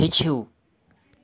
ہیٚچھِو